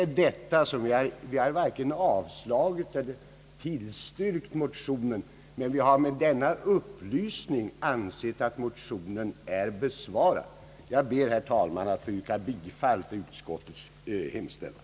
Vi har varken avslagit eller tillstyrkt motionerna, men vi har med denna upplysning ansett att motionerna är besvarade. Jag ber, herr talman, att få yrka bifall till utskottets hemställan.